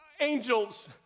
Angels